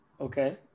Okay